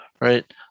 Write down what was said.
right